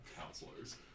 counselors